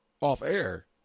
off-air